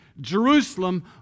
Jerusalem